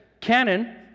canon